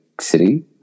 city